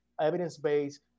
evidence-based